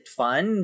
fun